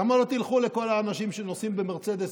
למה לא תלכו לכל האנשים שנוסעים במרצדס